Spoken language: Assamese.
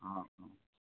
অঁ অঁ